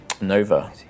Nova